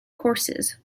courses